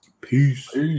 Peace